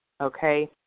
okay